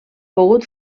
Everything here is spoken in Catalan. pogut